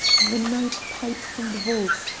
the night piped from the vaults,